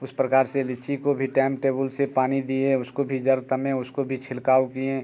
उस प्रकार से लिच्ची को भी टैम टेबुल से पानी दिएँ उसको भी जर तने उसको भी छिलकाव किएँ